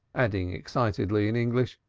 adding excitedly in english, ah,